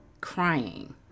crying